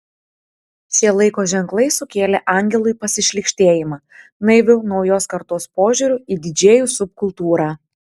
šie laiko ženklai sukėlė angelui pasišlykštėjimą naiviu naujos kartos požiūriu į didžėjų subkultūrą